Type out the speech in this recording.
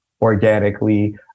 organically